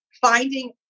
finding